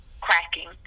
cracking